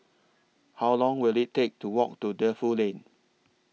How Long Will IT Take to Walk to Defu Lane